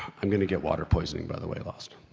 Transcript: i'm gonna get water-poisoning, by the way, lost.